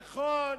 נכון,